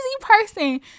person